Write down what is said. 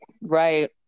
right